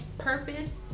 purpose